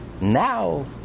now